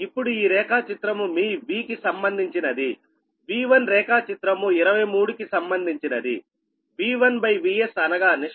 ఇప్పుడు ఈ రేఖా చిత్రము మీ V కి సంబంధించినదిV1 రేఖా చిత్రము 23 కి సంబంధించినదిV1VS అనగా నిష్పత్తి వచ్చి 1 tS